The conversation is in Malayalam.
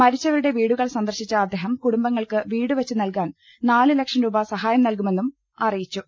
മരിച്ചവരുടെ വീടുകൾ സന്ദർശിച്ച അദ്ദേഹം കുടുംബങ്ങൾക്ക് വീടുവെച്ച് നൽകാൻ നാല് ലക്ഷം രൂപ സഹായം നൽകുമെന്നും അറിയിച്ചു